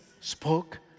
spoke